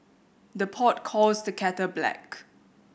the pot calls the kettle black